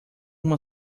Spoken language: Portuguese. uma